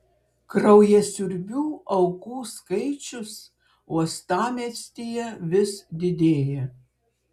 kraujasiurbių aukų skaičius uostamiestyje vis didėja